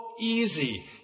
easy